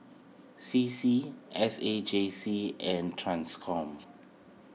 C C S A J C and Transcom